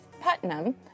Putnam